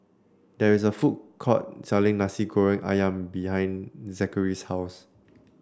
there is a food court selling Nasi Goreng ayam behind Zachary's house